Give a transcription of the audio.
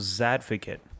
advocate